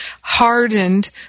hardened